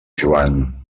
joan